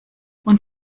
und